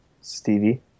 Stevie